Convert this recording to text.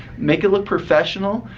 make it look professional.